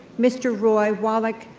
mr. roy walek,